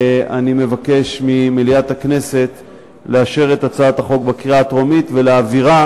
אני מבקש ממליאת הכנסת לאשר את הצעת החוק בקריאה הטרומית ולהעבירה